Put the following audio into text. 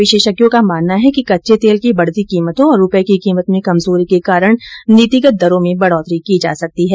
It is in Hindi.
विशेषज्ञों का मानना है कि कच्चे तेल की बढ़ती कीमतों और रूपए की कीमत में कमजोरी के कारण नीतिगत दरों में बढ़ोत्तरी की जा सकती है